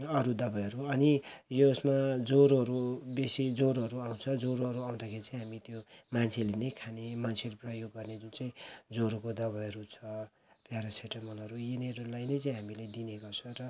अरू दवाईहरू अनि यो उयेसमा ज्वरोहरू बेसी ज्वरोहरू आउँछ ज्वरोहरू आउँदाखेरि चाहिँ हामी त्यो मान्छेहरूले नै खाने मान्छेहरूको लागि उयो गर्ने जुन चाहिँ ज्वरोको दवाईहरू छ प्यारासिटेमलहरू छ यिनीहरूलाई नै चाहिँ हामीले दिने गर्छ र